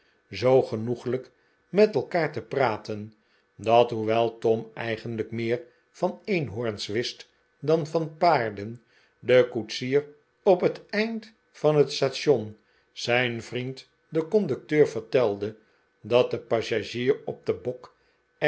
zoo gene eglijk met elkaar te praten dat hoewel tom eigenlijk meer van eenhoorns wist dan van paarden de koetsier op het eind van het station zijn vriend den conducteur vertelde dat de passagier op den bok